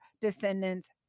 descendants